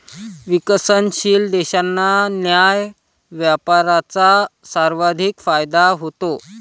विकसनशील देशांना न्याय्य व्यापाराचा सर्वाधिक फायदा होतो